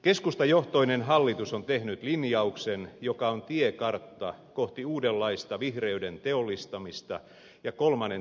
keskustajohtoinen hallitus on tehnyt linjauksen joka on tiekartta kohti uudenlaista vihreyden teollistamista ja kolmannen tien talouspolitiikkaa